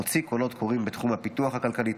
מוציא קולות קוראים בתחום הפיתוח הכלכלי,